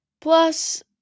plus